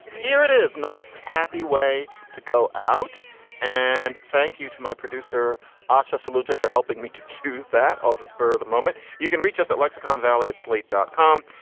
here it is nice happy way to go out and thank you to my producer ah aisha saluda, for helping me to choose that on the spur of the moment. you can reach us at lexicon valley at slate dot com.